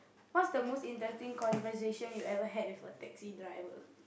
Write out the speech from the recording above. what's the most interesting conversation you ever had with a taxi driver